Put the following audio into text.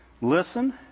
listen